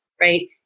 right